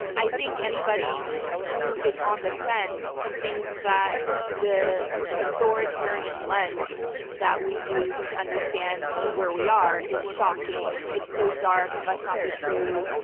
i think anybody who is on the fence and thinks that the authoritarian lens that we use to understand where we are is shocking, it's so dark, it must not be true,